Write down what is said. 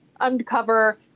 uncover